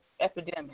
epidemic